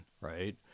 right